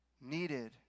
needed